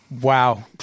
Wow